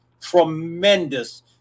Tremendous